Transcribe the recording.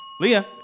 Leah